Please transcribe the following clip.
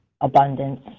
abundance